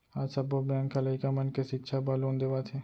आज सब्बो बेंक ह लइका मन के सिक्छा बर लोन देवत हे